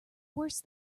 worse